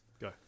Go